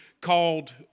called